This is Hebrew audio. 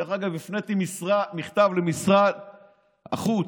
דרך אגב, הפניתי מכתב למשרד החוץ.